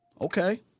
Okay